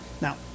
Now